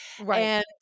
right